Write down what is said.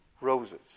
roses